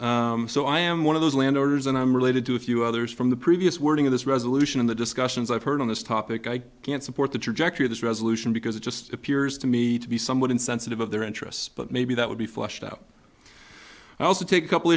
place so i am one of those landers and i'm related to a few others from the previous wording of this resolution in the discussions i've heard on this topic i can't support the trajectory of this resolution because it just appears to me to be somewhat insensitive of their interests but maybe that would be flushed out i also take a couple